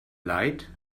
leid